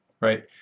Right